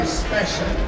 special